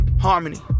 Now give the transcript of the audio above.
harmony